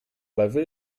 lewy